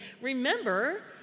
remember